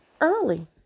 early